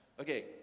Okay